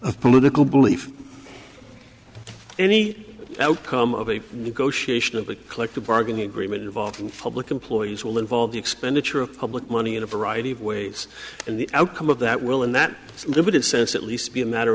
of political belief any outcome of a negotiation of a collective bargaining agreement devolved fabric employees will involve the expenditure of public money in a variety of ways and the outcome of that will in that limited says at least be a matter